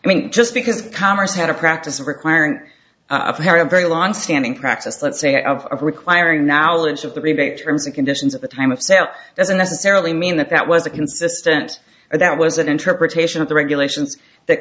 i mean just because congress had a practice of requiring a very very longstanding practice let's say of requiring knowledge of the rebate terms and conditions at the time of sale doesn't necessarily mean that that was a consistent that was an interpretation of the regulations that